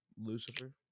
Lucifer